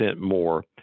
more